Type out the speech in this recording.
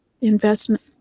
investment